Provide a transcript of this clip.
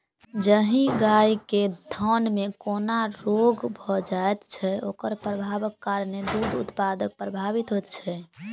जाहि गाय के थनमे कोनो रोग भ जाइत छै, ओकर प्रभावक कारणेँ दूध उत्पादन प्रभावित होइत छै